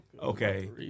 Okay